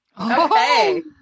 Okay